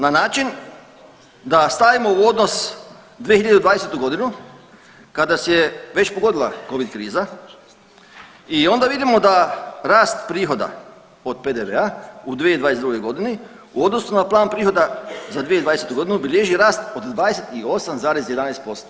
Na način da stavimo u odnos 2020. godinu kada nas je već pogodila Covid kriza i onda vidimo da rast prihoda od PDV-a u 2022. godini u odnosu na plan prihoda za 2020. godinu obilježio rast od 28,11%